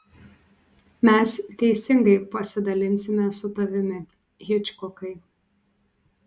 mes teisingai pasidalinsime su tavimi hičkokai